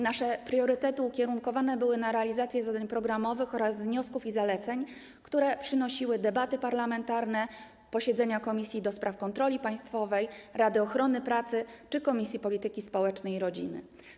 Nasze priorytety ukierunkowane były na realizację zadań programowych oraz wniosków i zaleceń, które przynosiły debaty parlamentarne, posiedzenia Komisji do Spraw Kontroli Państwowej, Rady Ochrony Pracy czy Komisji Polityki Społecznej i Rodziny.